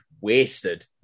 wasted